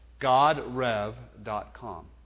GodRev.com